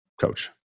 coach